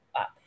up